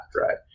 right